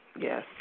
Yes